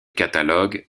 catalogue